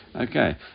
Okay